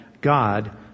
God